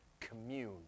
commune